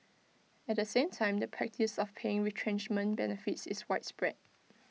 at the same time the practice of paying retrenchment benefits is widespread